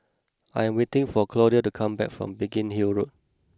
I am waiting for Claudio to come back from Biggin Hill Road